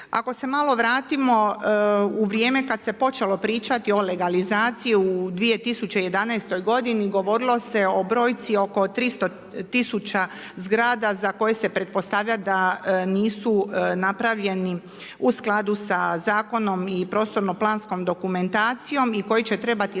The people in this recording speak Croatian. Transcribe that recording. Ako se malo vratimo u vrijeme kad se počelo pričati o legalizaciji u 2011. godini govorilo se o brojci oko 300000 zgrada za koje se pretpostavlja da nisu napravljeni u skladu sa zakonom i prostorno-planskom dokumentacijom i koji će trebati legalizirati.